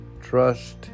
trust